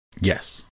Yes